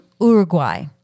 Uruguay